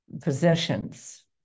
Possessions